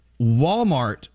Walmart